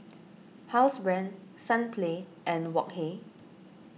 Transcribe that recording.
Housebrand Sunplay and Wok Hey